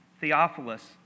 Theophilus